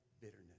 bitterness